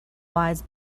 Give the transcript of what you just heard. wise